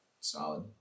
solid